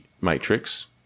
matrix